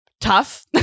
tough